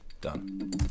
Done